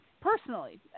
personally